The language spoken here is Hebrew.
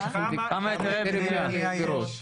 כמה היתרי בנייה לדירות יש?